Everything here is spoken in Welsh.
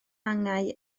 angau